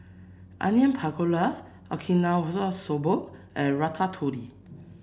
Onion Pakora Okinawa Soba and Ratatouille